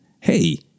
Hey